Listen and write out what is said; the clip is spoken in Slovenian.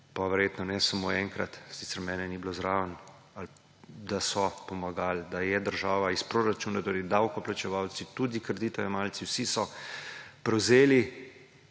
pa verjetno ne samo enkrat, sicer mene ni bilo zraven, ali da so pomagali, da je država iz proračuna, torej davkoplačevalci, tudi kreditojemalci, vsi so prevzeli,